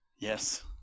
yes